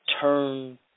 turn